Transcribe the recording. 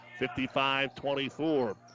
55-24